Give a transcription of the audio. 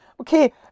okay